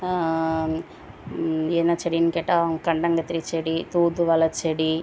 என்ன செடினு கேட்டால் கண்டங்கத்திரிச்செடி தூதுவளைச்செடி